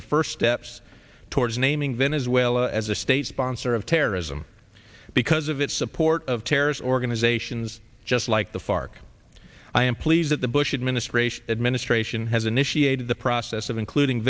the first steps towards naming venezuela as a state sponsor of terrorism because of its support of terrorist organizations just like the fark i am pleased that the bush administration administration has initiated the process of including